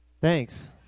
Thanks